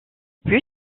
plus